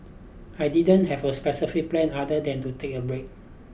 I didn't have a specific plan other than to take a break